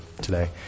today